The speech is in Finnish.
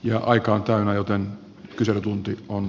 ja aika on täynnä joten kyselytunti on